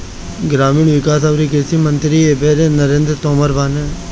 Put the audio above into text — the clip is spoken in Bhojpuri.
ग्रामीण विकास अउरी कृषि मंत्री एबेरा नरेंद्र तोमर बाने